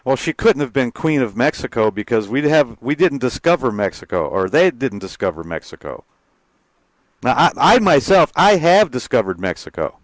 well she couldn't have been queen of mexico because we did have we didn't discover mexico or they didn't discover mexico not i myself i have discovered mexico